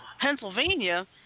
Pennsylvania